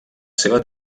seva